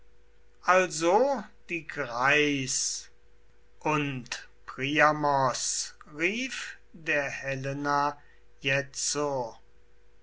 also die greis und priamos rief der helena jetzo